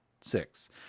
six